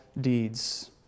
deeds